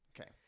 okay